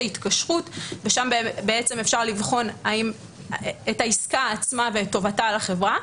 ההתקשרות ושם אפשר לבחון את העסקה עצמה ואת טובתה לחברה.